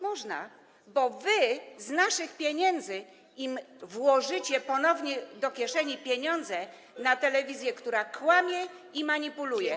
Można, bo wy z naszych pieniędzy im włożycie ponownie do kieszeni pieniądze na telewizję, która kłamie i manipuluje.